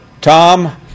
Tom